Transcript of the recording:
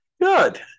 Good